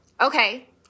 okay